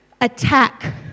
attack